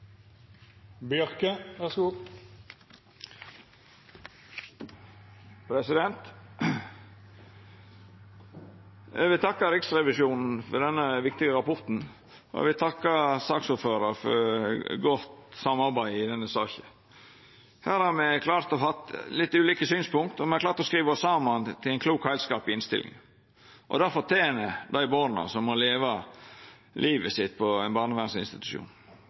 Eg vil takka Riksrevisjonen for denne viktige rapporten, og eg vil takka saksordføraren for godt samarbeid i denne saka. Me har hatt litt ulike synspunkt, men me har klart å skriva oss saman til ein klok heilskap i innstillinga. Det fortener dei borna som må leva livet sitt på ein barnevernsinstitusjon.